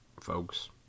folks